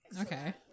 Okay